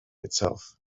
itself